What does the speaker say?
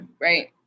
right